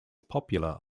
popular